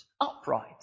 Upright